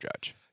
Judge